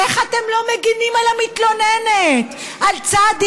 איך אתם לא מגינים על המתלוננת, על צ'?